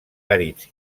àrids